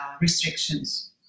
restrictions